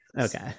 Okay